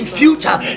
future